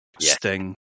Sting